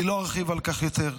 אני לא ארחיב על כך יותר,